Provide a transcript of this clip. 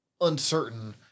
uncertain